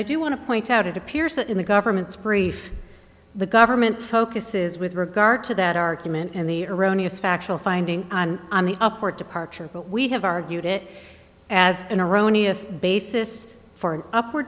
i do want to point out it appears that in the government's brief the government focuses with regard to that argument and the erroneous factual finding on the upward departure but we have argued it as an erroneous basis for an up